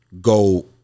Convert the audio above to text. Go